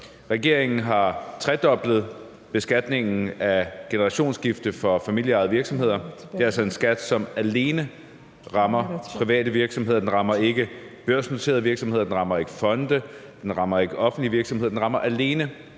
Regeringen har tredoblet beskatningen af generationsskifte for familieejede virksomheder. Det er altså en skat, som alene rammer private virksomheder; den rammer ikke børsnoterede virksomheder, den rammer ikke fonde, den rammer ikke offentlige virksomheder, den rammer alene